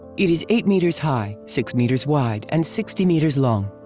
it is eight meters high, six meters wide and sixty meters long.